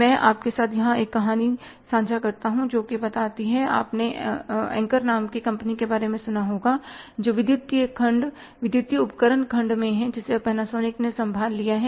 मैं आपके साथ यहां एक कहानी साझा करता हूं जो बताती है आपने एंकर नाम की कंपनी के बारे में सुना होगा जो विद्युतीय खंडविद्युतीय उपकरण खंड में हैं जिसे अब पैनासोनिक ने संभाल लिया है